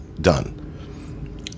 done